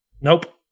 Nope